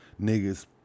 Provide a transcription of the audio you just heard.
Niggas